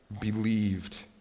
believed